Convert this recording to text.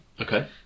Okay